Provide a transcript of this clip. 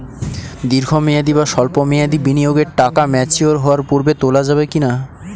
দীর্ঘ মেয়াদি বা সল্প মেয়াদি বিনিয়োগের টাকা ম্যাচিওর হওয়ার পূর্বে তোলা যাবে কি না?